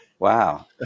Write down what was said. Wow